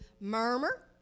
murmur